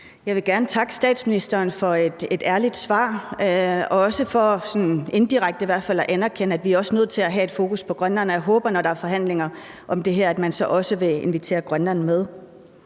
Jeg vil gerne takke statsministeren for et ærligt svar og også for, i hvert fald sådan indirekte, at anerkende, at vi også er nødt til at have et fokus på Grønland, og jeg håber, at man, når der er forhandlinger om det her, så også vil invitere Grønland med.